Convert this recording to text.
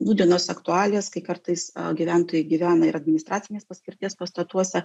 nūdienos aktualijas kai kartais gyventojai gyvena ir administracinės paskirties pastatuose